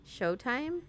Showtime